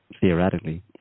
theoretically